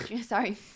sorry